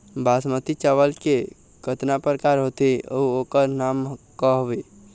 बासमती चावल के कतना प्रकार होथे अउ ओकर नाम क हवे?